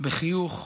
בחיוך,